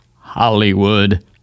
Hollywood